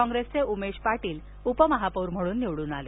काँग्रेसचे उमेश पाटील उपमहापौर म्हणून निवडून आले